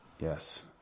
yes